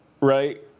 right